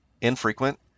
infrequent